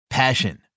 passion